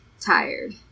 tired